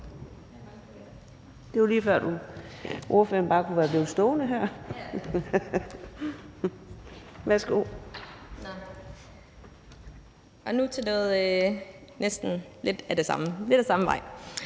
Det var lige før, ordføreren bare kunne være blevet stående heroppe. Værsgo.